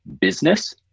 business